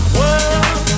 world